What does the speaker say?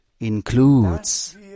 includes